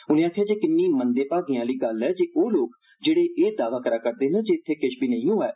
उनें आक्खेया जे किन्नी मंदे भागें आली गल्ल ऐ जे ओ लोक जेड़े एह दावा करा करदे न जे इत्थे किश बी नेई होआ ऐ